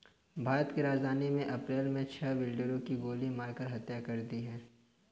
भारत की राजधानी में अप्रैल मे छह बिल्डरों की गोली मारकर हत्या कर दी है